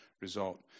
result